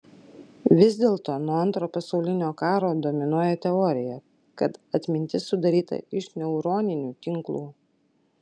vis dėlto nuo antro pasaulinio karo dominuoja teorija kad atmintis sudaryta iš neuroninių tinklų